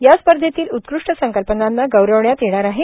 या स्पर्धेतील उत्कृष्ट संकल्पनांना गौरवण्यात येणार आहे